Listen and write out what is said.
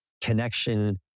Connection